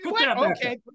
Okay